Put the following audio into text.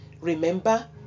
remember